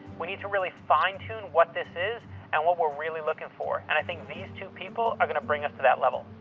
we need to really fine-tune what this is and what we're really looking for. and i think these two people are gonna bring us to that level.